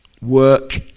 Work